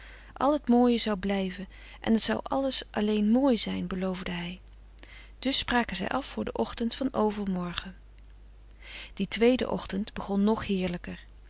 al het mooie zou blijven en het zou alles alleen mooi zijn beloofde hij dus spraken zij af voor den ochtend van overmorgen die tweede ochtend begon nog heerlijker